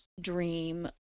dream